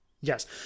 yes